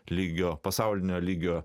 lygio pasaulinio lygio